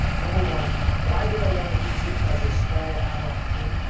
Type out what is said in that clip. number one, why did i want to use it as a small ad hoc team?